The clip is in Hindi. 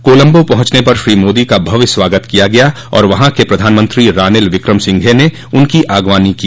कोलम्बो पहुंचने पर श्री मोदी का भव्य स्वागत किया गया और वहां के प्रधानमंत्री रानिल विक्रम सिंघे ने उनकी आगवानी की